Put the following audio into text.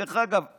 דרך אגב,